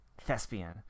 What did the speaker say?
Thespian